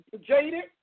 jaded